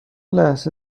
لحظه